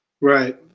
Right